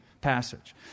passage